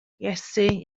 iesu